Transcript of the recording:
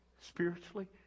spiritually